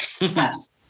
yes